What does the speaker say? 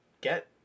get